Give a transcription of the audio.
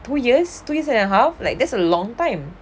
two years two years and half like that's a long time